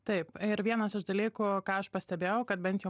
taip ir vienas iš dalykų ką aš pastebėjau kad bent jau